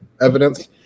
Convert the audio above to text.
evidence